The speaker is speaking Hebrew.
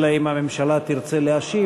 אלא אם כן הממשלה תרצה להשיב,